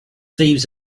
thieves